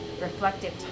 reflective